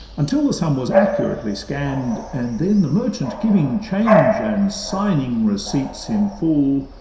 until the sum was accurately scann'd, and then the merchant giving change, and signing receipts in full,